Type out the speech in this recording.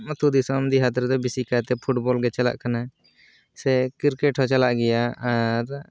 ᱟᱹᱛᱩ ᱫᱤᱥᱚᱢ ᱫᱤᱦᱟᱹᱛ ᱨᱮᱫᱚ ᱵᱮᱥᱤ ᱠᱟᱭᱛᱮ ᱯᱷᱩᱴᱵᱚᱞᱜᱮ ᱪᱟᱞᱟᱜ ᱠᱟᱱᱟ ᱥᱮ ᱠᱤᱨᱠᱮᱴ ᱦᱚᱸ ᱪᱟᱞᱟᱜ ᱜᱮᱭᱟ ᱟᱨ